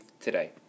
today